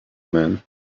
man